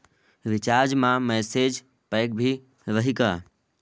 Recharge मा message pack भी रही का?